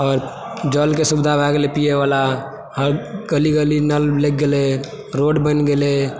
आओर जलके सुविधा भए गेलय पीयबला हर गली गली नल लागि गेलय रोड बनि गेलय